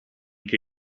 che